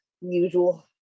usual